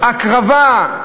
הקרבה,